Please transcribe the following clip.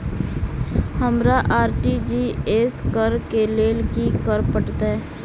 हमरा आर.टी.जी.एस करऽ केँ लेल की करऽ पड़तै?